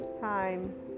time